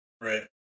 Right